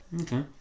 Okay